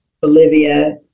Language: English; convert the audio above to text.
Bolivia